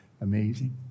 Amazing